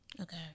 Okay